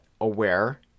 aware